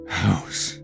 house